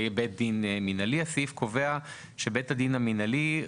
בית דין מינהלי הסעיף קובע שבית הדין